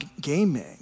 gaming